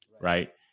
right